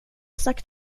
sagt